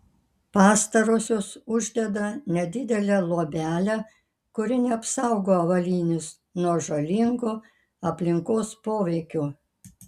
pastarosios uždeda nedidelę luobelę kuri neapsaugo avalynės nuo žalingo aplinkos poveikio